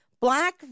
Black